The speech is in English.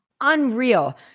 Unreal